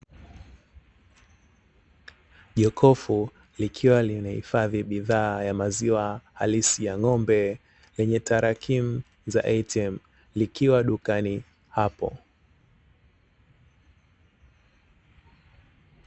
Jokofu likiwa limehifadhi bidhaa ya maziwa halisi ya ng'ombe, yenye tarakimu za "atm", likiwa dukani hapo.